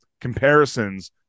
comparisons